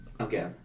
Okay